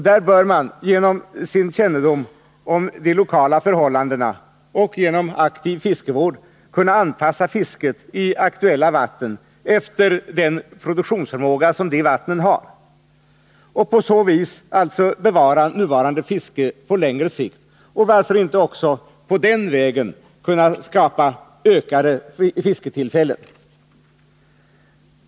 Där bör man genom sin kännedom om de lokala förhållaridena och genom aktiv fiskevård kunna anpassa fisket i aktuella vatten efter den produktionsförmåga som just de vattnen har och på så vis alltså bevara nuvarande fiske på längre sikt och varför inte på den vägen kunna skapa ökade fisketillfällen.